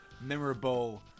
memorable